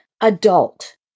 adult